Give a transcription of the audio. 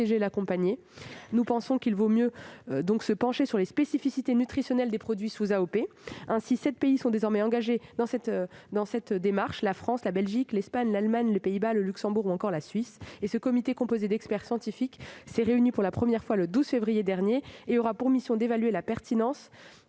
et soutenir. Nous pensons qu'il vaut mieux nous pencher sur les spécificités nutritionnelles des produits sous AOP. Ainsi, sept pays sont désormais engagés dans cette démarche : la France, la Belgique, l'Espagne, l'Allemagne, les Pays-Bas, le Luxembourg et la Suisse. Un comité composé d'experts scientifiques, réuni pour la première fois le 12 février dernier, aura pour mission d'évaluer la pertinence